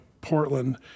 Portland